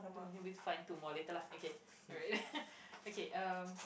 oh find two more later lah okay alright okay uh